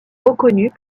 reconnue